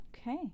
Okay